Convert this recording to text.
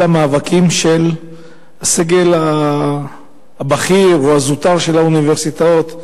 המאבקים של הסגל הבכיר או הזוטר של האוניברסיטאות.